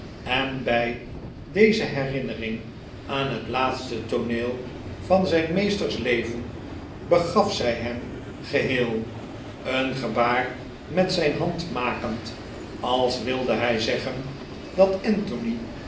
en bij deze herinnering aan het laatste tooneel van zijn meesters leven begaf zij hem geheel een gebaar met zijn hand makend als wilde hij zeggen dat anthony